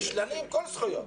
נשללים כל הזכויות,